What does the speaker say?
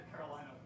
Carolina